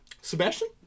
Sebastian